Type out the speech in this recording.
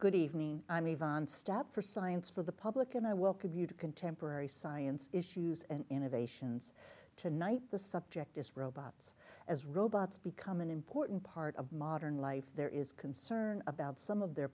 good evening i'm a van stat for science for the public and i welcome you to contemporary science issues and innovations tonight the subject is robots as robots become an important part of modern life there is concern about some of their